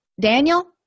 Daniel